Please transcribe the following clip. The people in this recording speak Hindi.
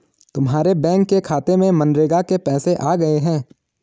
तुम्हारे बैंक के खाते में मनरेगा के पैसे आ गए हैं